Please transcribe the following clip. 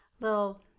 little